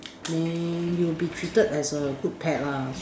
then you will be treated as a good pet lah